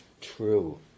true